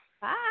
Bye